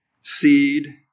seed